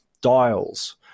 dials